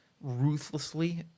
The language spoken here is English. ruthlessly